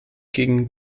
gegen